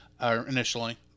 initially